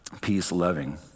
peace-loving